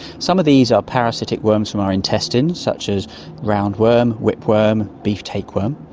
some of these are parasitic worms from our intestines, such as round worm, whip worm, beef tapeworm.